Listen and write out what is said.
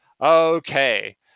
Okay